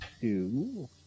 two